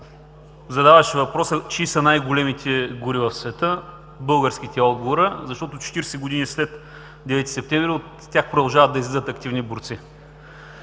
задаваше въпроса: „Чии са най-големите гори в света?“. Отговорът е: „Българските“, защото 40 години след 9 септември от тях продължават да излизат активни борци.